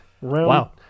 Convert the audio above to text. Wow